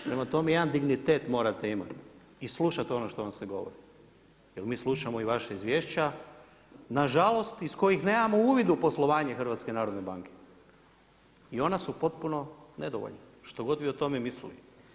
Prema tome, jedan dignitet morate imati i slušati ono što vam se govori jel mi slušamo i vaša izvješća, nažalost iz kojih nemamo uvid u poslovanje HNB i ona su potpuno nedovoljna, što god vi o tome mislili.